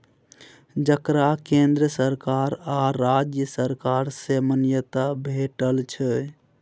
जकरा केंद्र सरकार आ राज्य सरकार सँ मान्यता भेटल छै